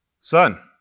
Son